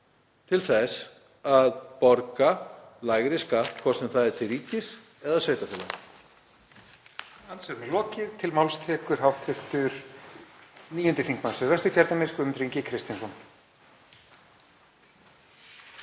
til þess að borga lægri skatt, hvort sem það er til ríkis eða sveitarfélaga.